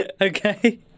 Okay